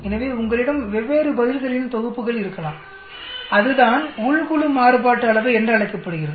எனவே உங்களிடம் வெவ்வேறு பதில்களின் தொகுப்புகள் இருக்கலாம் அதுதான் உள் குழு மாறுபாட்டு அளவை என்றழைக்கப்படுகிறது